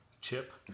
Chip